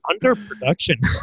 underproduction